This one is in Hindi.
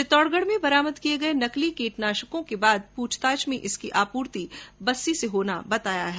चितौडगढ में बरामद किए गए नकली कीटनाशकों के बाद पूछताछ में इनकी अपूर्ति बस्सी से होना सामने आया है